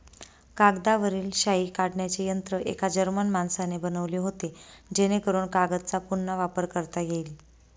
कागदावरील शाई काढण्याचे यंत्र एका जर्मन माणसाने बनवले होते जेणेकरून कागदचा पुन्हा वापर करता येईल